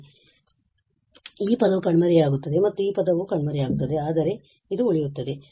ಆದ್ದರಿಂದ ಈ ಪದವು ಕಣ್ಮರೆಯಾಗುತ್ತದೆ ಮತ್ತು ಈ ಪದವು ಕಣ್ಮರೆಯಾಗುತ್ತದೆ ಆದರೆ ಇದು ಉಳಿಯುತ್ತದೆ